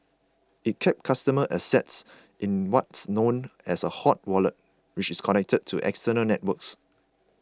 it kept customer assets in what's known as a hot wallet which is connected to external networks